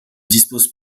dispose